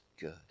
good